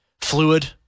fluid